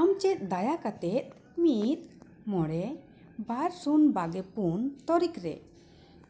ᱟᱢ ᱪᱮᱫ ᱫᱟᱭᱟ ᱠᱟᱛᱫ ᱢᱤᱫ ᱢᱚᱬᱮ ᱵᱟᱨ ᱥᱩᱱ ᱵᱟᱜᱮ ᱯᱩᱱ ᱛᱟᱹᱨᱤᱠᱷ ᱨᱮ